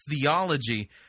theology